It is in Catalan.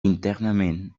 internament